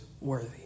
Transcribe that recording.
worthy